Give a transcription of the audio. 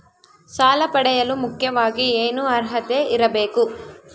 ಸಾಲ ಪಡೆಯಲು ಮುಖ್ಯವಾಗಿ ಏನು ಅರ್ಹತೆ ಇರಬೇಕು?